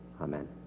amen